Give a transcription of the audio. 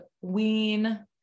wean